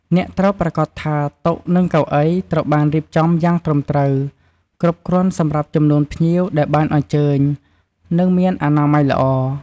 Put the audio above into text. អ្នកត្រូវប្រាកដថា តុ និងកៅអី ត្រូវបានរៀបចំយ៉ាងត្រឹមត្រូវ គ្រប់គ្រាន់សម្រាប់ចំនួនភ្ញៀវដែលបានអញ្ជើញ និងមានអនាម័យល្អ។